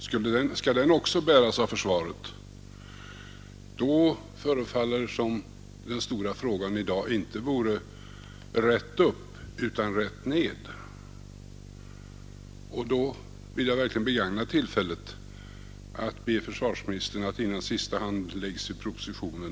Skall denna också bäras av försvaret förefaller det som om den stora frågan i dag inte vore ”rätt upp” utan ”rätt ned”. I så fall vill jag verkligen begagna tillfället att be försvarsministern att tänka om, innan sista handen läggs vid propositionen.